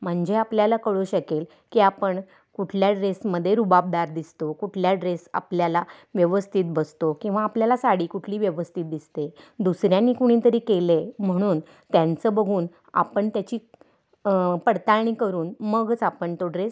म्हणजे आपल्याला कळू शकेल की आपण कुठल्या ड्रेसमध्ये रुबाबदार दिसतो कुठल्या ड्रेस आपल्याला व्यवस्थित बसतो किंवा आपल्याला साडी कुठली व्यवस्थित दिसते दुसऱ्याने कुणीतरी केलं आहे म्हणून त्यांचं बघून आपण त्याची पडताळणी करून मगच आपण तो ड्रेस